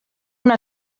una